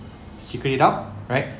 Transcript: cleared it out right